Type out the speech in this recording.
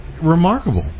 Remarkable